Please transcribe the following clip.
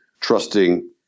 trusting